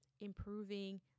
improving